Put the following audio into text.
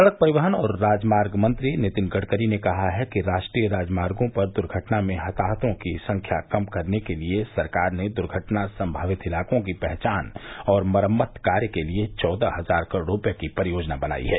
सड़क परिवहन और राजमार्ग मंत्री नितिन गड़करी ने कहा कि राष्ट्रीय राजमार्गो पर दुर्घटना में हताहतों की संख्या कम करने के लिए सरकार ने दुर्घटना संभावित इलाकों की पहचान और मरम्मत कार्य के लिए चौदह हजार करोड़ रुपये की परियोजना बनाई है